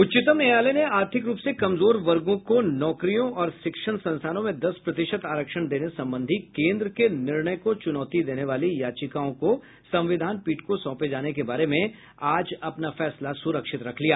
उच्चतम न्यायालय ने आर्थिक रूप से कमजोर वर्गों को नौकरियों और शिक्षण संस्थानों में दस प्रतिशत आरक्षण देने संबंधी केन्द्र के निर्णय को चुनौती देने वाली याचिकाओं को संविधान पीठ को सौंपे जाने के बारे में आज अपना फैसला सुरक्षित रख लिया